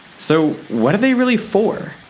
so what are they really for?